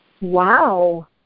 Wow